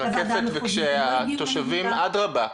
אדרבה,